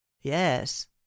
yes